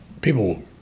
people